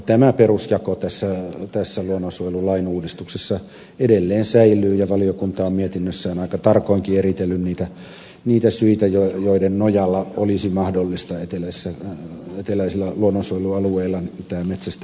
tämä perusjako tässä luonnonsuojelulain uudistuksessa edelleen säilyy ja valiokunta on mietinnössään aika tarkoinkin eritellyt niitä syitä joiden nojalla olisi mahdollista eteläisillä luonnonsuojelualueilla tämä metsästäminen sallia